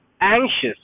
anxious